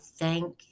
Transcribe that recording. thank